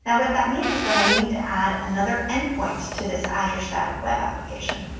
and what that means is that i need to add another endpoint to this azure static web application.